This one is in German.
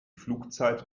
flugzeit